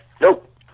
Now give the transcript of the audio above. nope